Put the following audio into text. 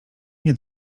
nie